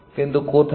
কিন্তু কোথায়